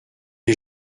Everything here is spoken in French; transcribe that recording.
est